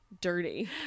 dirty